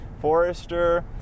forester